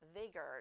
vigor